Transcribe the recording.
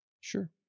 Sure